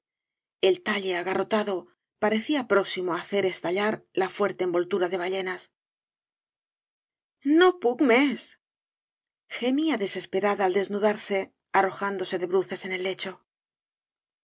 el talle agarrotado parecía próximo á hacer estallar la fuerte envoltura de ballenas no puch mes gemía desesperada al desnudarse arrojándose de bruces en el lecho